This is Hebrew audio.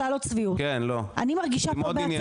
לא זה בכלל לא צביעות, אני מרגישה כמו בהצגה.